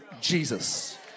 Jesus